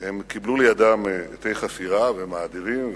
הם קיבלו לידם אתי חפירה ומעדרים,